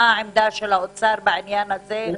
מה עמדת האוצר בעניין הזה?